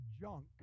junk